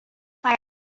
fire